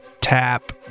Tap